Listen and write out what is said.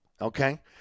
okay